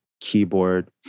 keyboard